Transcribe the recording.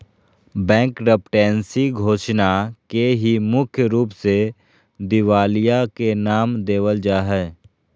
bankruptcy घोषणा के ही मुख्य रूप से दिवालिया के नाम देवल जा हय